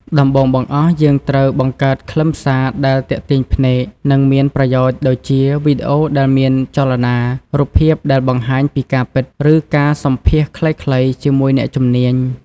ដំបូងបង្អស់ យើងត្រូវបង្កើតខ្លឹមសារដែលទាក់ទាញភ្នែក និងមានប្រយោជន៍ដូចជា វីដេអូដែលមានចលនា រូបភាពដែលបង្ហាញពីការពិត ឬការសម្ភាសន៍ខ្លីៗជាមួយអ្នកជំនាញ។